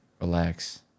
relax